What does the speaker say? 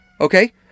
Okay